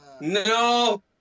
No